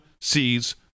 sees